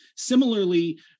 Similarly